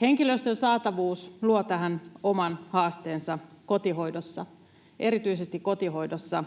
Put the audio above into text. Henkilöstön saatavuus luo tähän oman haasteensa erityisesti kotihoidossa